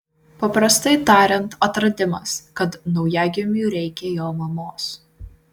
paprastai tariant atradimas kad naujagimiui reikia jo mamos